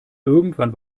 irgendwann